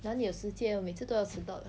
哪里有时间我每次都要迟到了